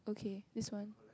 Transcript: K this one